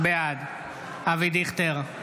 בעד אבי דיכטר,